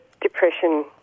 depression